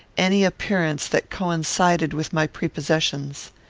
any appearance that coincided with my prepossessions.